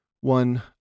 one